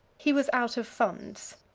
he was out of funds.